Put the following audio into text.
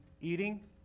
eating